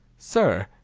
sir,